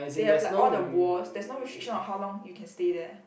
they have like all the walls there is no restriction of how long you can stay there